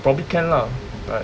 probably can lah but